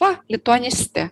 va lituanistė